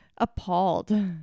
Appalled